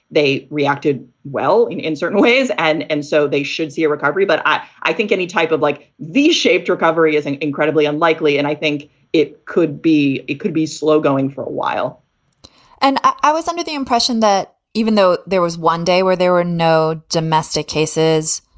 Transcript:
they reacted well in in certain ways. and and so they should see a recovery. but i i think any type of like v-shaped recovery is an incredibly unlikely. and i think it could be it could be slow going for a while and i was under the impression that even though there was one day where there were no domestic cases,